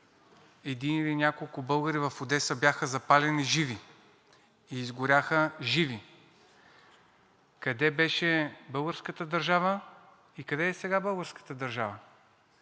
един или няколко българи в Одеса бяха запалени живи. И изгоряха живи! Къде беше българската държава? И къде е сега българската държава?